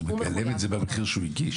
הוא מגלם את זה במחיר שהוא הגיש.